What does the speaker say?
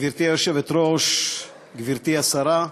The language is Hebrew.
גברתי היושבת-ראש, גברתי השרה,